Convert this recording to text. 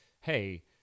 Hey